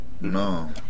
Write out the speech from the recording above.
No